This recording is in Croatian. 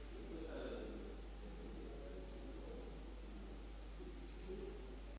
Hvala vam.